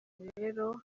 rero